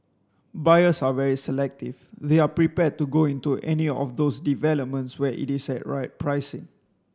buyers are very selective they are prepared to go into any of those developments where it is at right pricing